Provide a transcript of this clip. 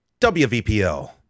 WVPL